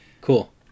cool